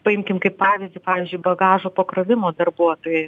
paimkim kaip pavyzdį pavyzdžiui bagažo pakrovimo darbuotojai